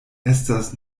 estas